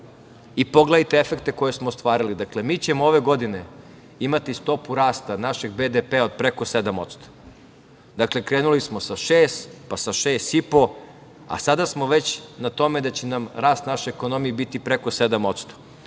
i pogledajte efekte koje smo ostvarili, mi ćemo ove godine imati stopu rasta našeg BDP od preko 7%. Krenuli smo sa šest, pa sa šest i po, a sada smo već na tome da će nam rast naše ekonomije biti preko 7%